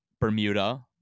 bermuda